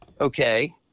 Okay